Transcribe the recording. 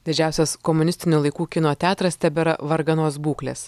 didžiausias komunistinių laikų kino teatras tebėra varganos būklės